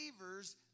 believers